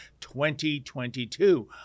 2022